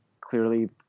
clearly